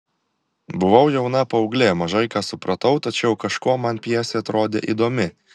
buvau jauna paauglė mažai ką supratau tačiau kažkuo man pjesė atrodė įdomi